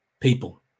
people